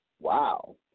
Wow